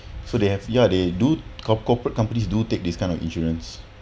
so they have yeah they do corporate companies do take this kind of insurance